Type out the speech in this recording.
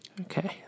Okay